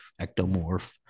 ectomorph